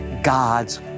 God's